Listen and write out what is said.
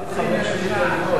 עד סעיף 5 אין הסתייגויות.